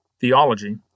theology